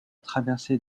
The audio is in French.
traversée